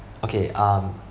okay um